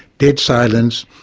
dead silence.